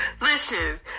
Listen